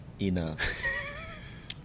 enough